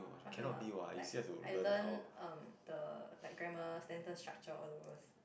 okay not like I learn um the like grammar sentence structure all those